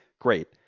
Great